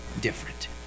different